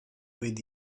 with